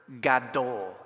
gadol